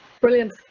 Brilliant